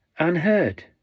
unheard